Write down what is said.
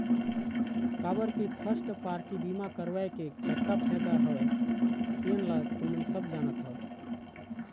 काबर के first party बीमा करवाय के कतका फायदा हवय तेन ल तुमन सब जानत हव